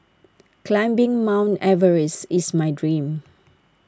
climbing mount Everest is my dream